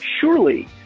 surely